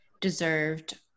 deserved